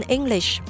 English